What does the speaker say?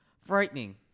frightening